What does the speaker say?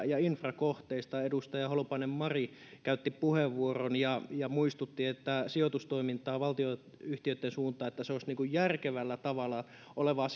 ja infrakohteet edustaja mari holopainen käytti näistä puheenvuoron ja ja muistutti sijoitustoiminnasta valtionyhtiöitten suuntaan että se olisi järkevällä tavalla olevaa